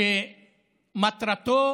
שמטרתו